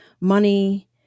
money